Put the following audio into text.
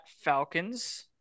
Falcons